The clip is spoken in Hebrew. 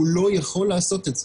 הוא לא יכול לעשות את זה.